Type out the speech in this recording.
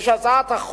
יש הצעת חוק,